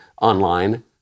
online